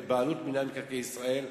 בבעלות מינהל מקרקעי ישראל.